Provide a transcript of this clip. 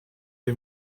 die